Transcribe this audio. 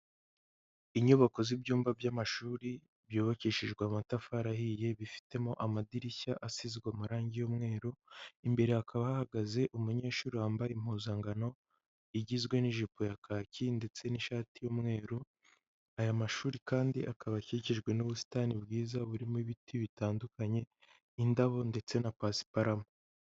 Inyubako z'ibyumba by'amashuri, byubakishijwe amatafari ahiye, bifitemo amadirishya asizwe amarangi y'umweru. Imbere hakaba hahagaze umunyeshuri wambara impuzangano, igizwe n'ijipo ya kaki ndetse n'ishati y'umweru. Aya mashuri kandi akaba akikijwe n'ubusitani bwiza burimo ibiti bitandukanye, indabo ndetse na pasiparama.